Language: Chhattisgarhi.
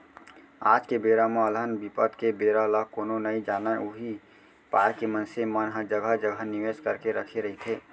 आज के बेरा म अलहन बिपत के बेरा ल कोनो नइ जानय उही पाय के मनसे मन ह जघा जघा निवेस करके रखे रहिथे